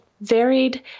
varied